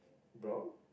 brown